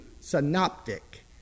synoptic